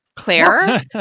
Claire